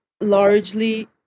largely